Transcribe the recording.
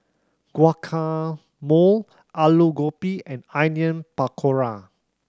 Guacamole Alu Gobi and Onion Pakora